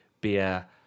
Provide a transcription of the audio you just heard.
beer